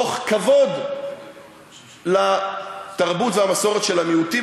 תוך כבוד לתרבות והמסורת של המיעוטים,